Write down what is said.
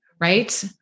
right